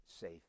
safe